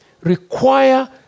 require